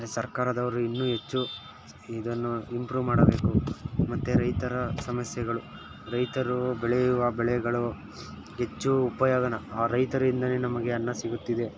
ಸರ್ಕಾರದವರು ಇನ್ನೂ ಹೆಚ್ಚು ಇದನ್ನು ಇಂಪ್ರೂವ್ ಮಾಡಬೇಕು ಮತ್ತೆ ರೈತರ ಸಮಸ್ಯೆಗಳು ರೈತರು ಬೆಳೆಯುವ ಬೆಳೆಗಳು ಹೆಚ್ಚು ಉಪಯೋಗನ ರೈತರಿಂದಲೇ ನಮಗೆ ಅನ್ನ ಸಿಗುತ್ತಿದೆ